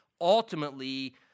ultimately